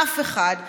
אף אחד,